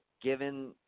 given